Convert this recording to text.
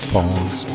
Falls